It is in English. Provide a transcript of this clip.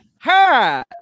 Ha